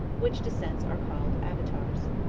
which descents are called avatars.